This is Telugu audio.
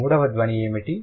మూడవ ధ్వని ఏమిటి